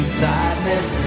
sadness